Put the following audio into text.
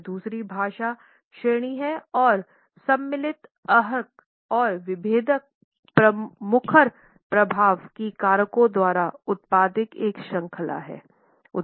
यह दूसरी भाषा श्रेणी है और सम्मिलित अर्हक और विभेदक मुखर प्रभाव की कारकों द्वारा उत्पादित एक श्रृंखला है